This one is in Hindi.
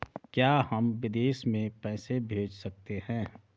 क्या हम विदेश में पैसे भेज सकते हैं?